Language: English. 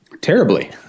Terribly